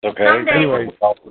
Okay